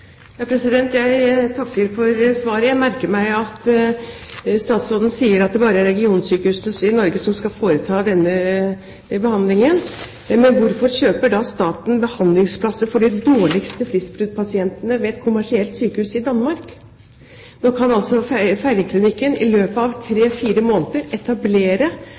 Jeg takker for svaret. Jeg merker meg at statsråden sier at det bare er regionsykehusene i Norge som skal foreta denne behandlingen. Men hvorfor kjøper da staten behandlingsplasser for de dårligste fristbruddpasientene ved et kommersielt sykehus i Danmark? Nå kan altså Feiringklinikken i løpet av tre–fire måneder etablere